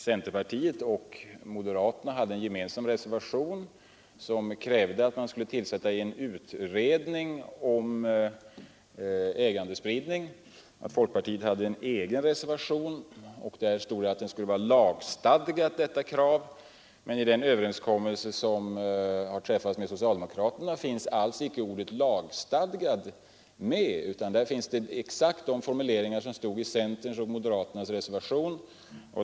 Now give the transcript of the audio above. Centerpartiet och moderaterna hade en gemensam reservation med krav på att man skulle tillsätta en utredning om ägandespridning, och folkpartiet hade en egen reservation där det stod att detta krav skulle vara lagstadgat. Men i den överenskommelse som folkpartiet träffat med socialdemokraterna finns alls icke ordet ”lagstadgat” med, utan där stod exakt samma ord som i centerns och moderaternas reservation.